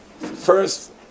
First